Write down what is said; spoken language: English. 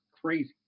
crazy